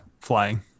Flying